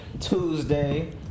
Tuesday